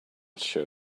show